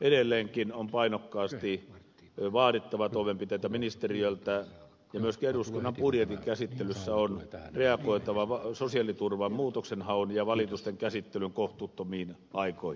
edelleenkin on painokkaasti vaadittava toimenpiteitä ministeriöltä ja myöskin eduskunnan budjetin käsittelyssä on reagoitava sosiaaliturvan muutoksenhaun ja valitusten käsittelyn kohtuuttomiin aikoihin